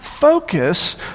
focus